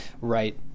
Right